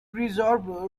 preserved